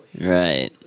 Right